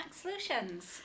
Solutions